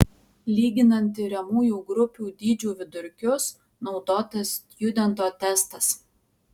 lyginant tiriamųjų grupių dydžių vidurkius naudotas stjudento testas